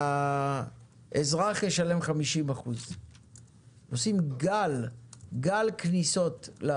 והאזרח ישלם 50%. עושים גל כניסות של